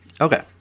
Okay